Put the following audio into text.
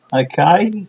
Okay